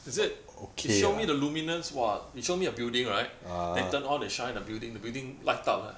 is it he show me the luminance !wah! he show me a building right then turn on shine the building the building light up eh